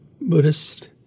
Buddhist